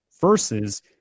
versus